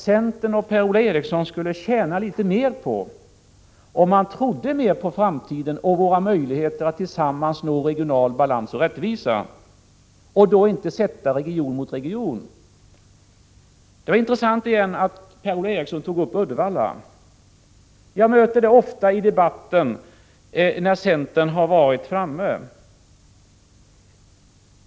Centern och Per-Ola Eriksson skulle tjäna litet mer på att tro mer på framtiden och på våra möjligheter att tillsammans nå regional balans och rättvisa, och då inte sätta region mot region. Det var intressant att Per-Ola Eriksson tog upp Uddevalla igen. Jag märker ofta i debatten var centern har varit framme.